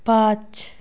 पाँच